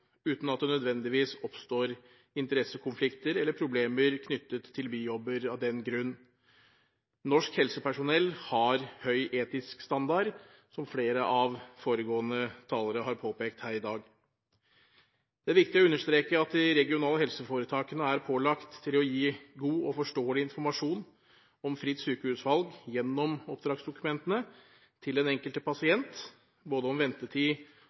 uten at det nødvendigvis oppstår interessekonflikter eller problemer knyttet til bijobber av den grunn. Norsk helsepersonell har høy etisk standard – som flere av de foregående talerne har påpekt her i dag. Det er viktig å understreke at de regionale helseforetakene gjennom oppdragsdokumentene er pålagt å gi god og forståelig informasjon om fritt sykehusvalg til den enkelte pasient, både om ventetid